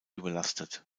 überlastet